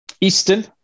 Eastern